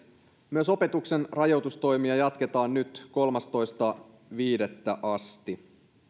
myös opetuksen rajoitustoimia jatketaan nyt kolmastoista viidettä asti